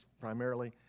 primarily